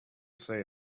say